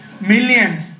Millions